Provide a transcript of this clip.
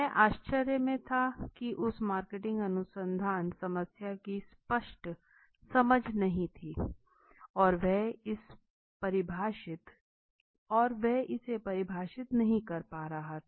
मैं आश्चर्य में था की उसे मार्किट अनुसंधान समस्या की स्पष्ट समझ नहीं थी है और वह इसे परिभाषित नहीं कर प् रहा था